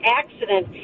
accident